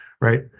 right